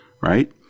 right